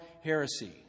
heresy